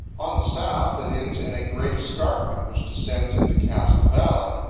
on the south it ends in a great escarpment which descends into castle valley.